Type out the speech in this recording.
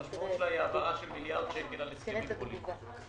עם משמעות של מיליארד שקלים על הסכמים פוליטיים,